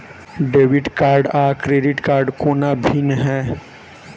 Debit card आ credit कोना भिन्न है?